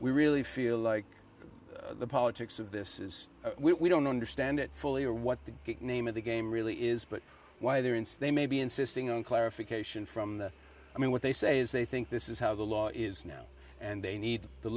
we really feel like the politics of this is we don't understand it fully or what the name of the game really is but why they're instead maybe insisting on clarification from the i mean what they say is they think this is how the law is now and they need the